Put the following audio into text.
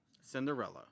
Cinderella